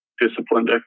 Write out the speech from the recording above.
disciplined